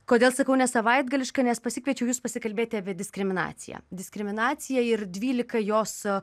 kodėl sakau nesavaitgališka nes pasikviečiau jus pasikalbėti apie diskriminaciją diskriminaciją ir dvylika jos